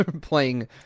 playing